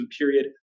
period